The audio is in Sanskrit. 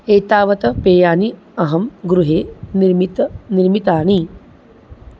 एतावत् पेयानि अहं गृहे निर्मितं निर्मितानि